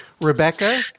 Rebecca